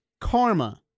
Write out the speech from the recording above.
Karma